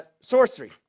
Sorcery